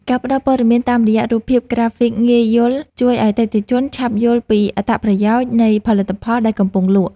ការផ្តល់ព័ត៌មានតាមរយៈរូបភាពក្រាហ្វិកងាយយល់ជួយឱ្យអតិថិជនឆាប់យល់ពីអត្ថប្រយោជន៍នៃផលិតផលដែលកំពុងលក់។